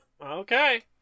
Okay